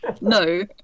no